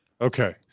Okay